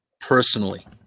personally